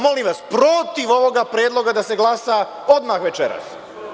Molim vas, protiv ovog predloga da se glasa odmah večeras.